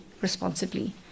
responsibly